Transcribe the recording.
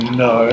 no